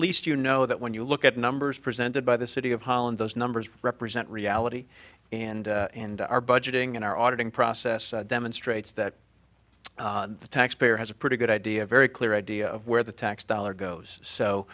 least you know that when you look at numbers presented by the city of holland those numbers represent reality and our budgeting are ordering process demonstrates that the taxpayer has a pretty good idea very clear idea of where the tax dollar goes